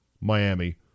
Miami